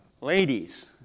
ladies